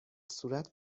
صورت